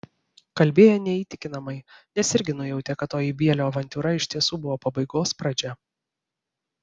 kalbėjo neįtikinamai nes irgi nujautė kad toji bielio avantiūra iš tiesų buvo pabaigos pradžia